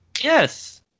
Yes